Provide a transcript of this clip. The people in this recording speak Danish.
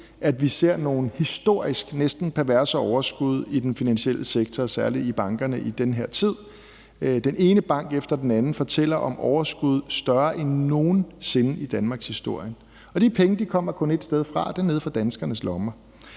at vi ser nogle historiske næsten perverst høje overskud i den finansielle sektor, særlig i bankerne, i den her tid. Den ene bank efter den anden fortæller om overskud, der er større end nogen sinde i danmarkshistorien, og de penge kommer kun ét sted fra, og det er nede fra danskernes lommer.